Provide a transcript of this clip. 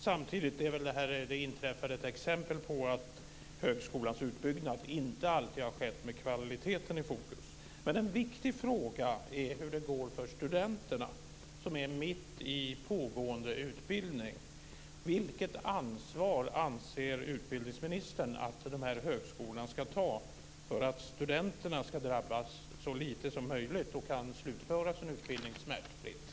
Samtidigt är väl det inträffade ett exempel på att högskolans utbyggnad inte alltid har skett med kvaliteten i fokus. Men en viktig fråga är hur det går för studenterna som befinner sig mitt i pågående utbildning. Vilket ansvar anser utbildningsministern att högskolan ska ta för att studenterna ska drabbas så lite som möjligt och för att de ska kunna slutföra sin utbildning smärtfritt?